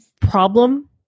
problem